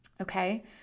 Okay